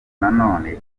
nanone